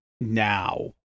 now